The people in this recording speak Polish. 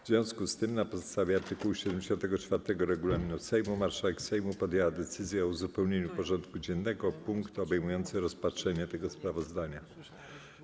W związku z tym, na podstawie art. 74 regulaminu Sejmu, marszałek Sejmu podjęła decyzję o uzupełnieniu porządku dziennego o punkt obejmujący rozpatrzenie tego sprawozdania.